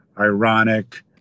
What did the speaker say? ironic